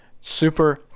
Super